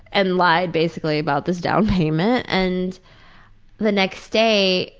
and lied basically about this down payment, and the next day,